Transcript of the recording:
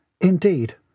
Indeed